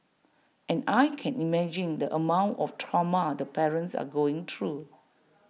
and I can imagine the amount of trauma the parents are going through